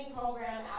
program